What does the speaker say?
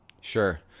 Sure